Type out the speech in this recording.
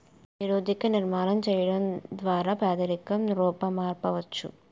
నిరుద్యోగ నిర్మూలన చేయడం ద్వారా పేదరికం రూపుమాపవచ్చు